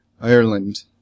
Ireland